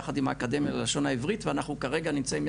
יחד עם האקדמיה ללשון העברית ואנחנו כרגע נמצאים,